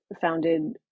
founded